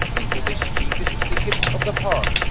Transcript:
into this cheefest thicket of the parke.